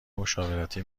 مشاورتی